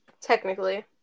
technically